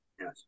Yes